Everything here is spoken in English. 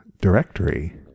directory